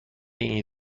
این